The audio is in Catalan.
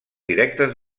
directes